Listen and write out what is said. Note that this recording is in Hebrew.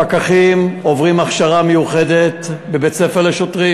הפקחים עוברים הכשרה מיוחדת בבית-ספר לשוטרים.